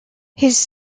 his